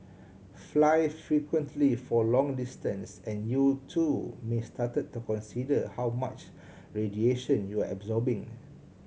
fly frequently for long distance and you too may start to consider how much radiation you're absorbing